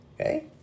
okay